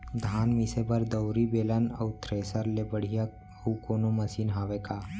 धान मिसे बर दउरी, बेलन अऊ थ्रेसर ले बढ़िया अऊ कोनो मशीन हावे का?